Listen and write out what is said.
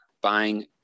buying